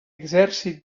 exèrcit